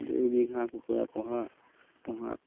জৈৱিক হাঁহ কুকুৰা পোহা পোহাত